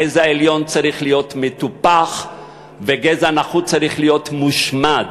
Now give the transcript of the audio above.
גזע עליון צריך להיות מטופח וגזע נחות צריך להיות מושמד.